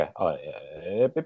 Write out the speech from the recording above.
Okay